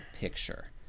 picture